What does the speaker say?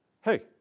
hey